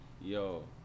Yo